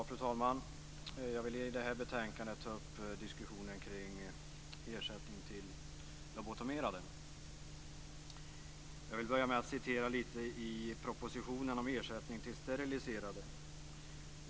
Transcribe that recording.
Fru talman! Jag vill utifrån det här betänkandet ta upp diskussionen kring ersättning till lobotomerade. Jag vill börja med att citera lite ur propositionen om ersättning till steriliserade.